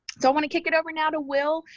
so, i want to kick it over now to will,